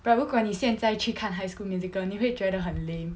but 如果你现在去看 high school musical 你会觉得很 lame